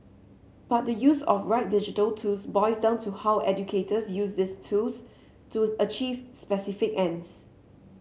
but the use of the right digital tools boils down to how educators use these tools to achieve specific ends